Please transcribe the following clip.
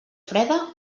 freda